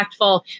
impactful